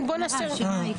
התבלבלתי?